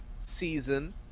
season